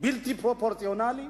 בלתי פרופורציונליים.